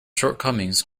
shortcomings